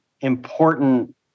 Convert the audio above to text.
important